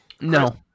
no